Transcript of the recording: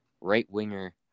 right-winger